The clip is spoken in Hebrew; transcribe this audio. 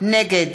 נגד